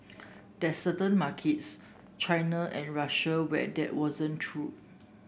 there's certain markets China and Russia where that wasn't true